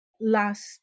last